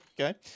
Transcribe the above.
okay